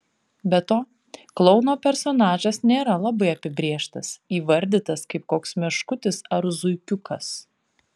be to klouno personažas nėra labai apibrėžtas įvardytas kaip koks meškutis ar zuikiukas